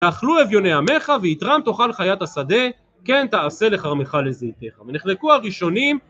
תאכלו אביוני עמך ויתרם תאכל חיית השדה כן תעשה לכרמך לזיתך ונחלקו הראשונים